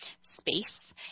space